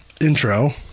intro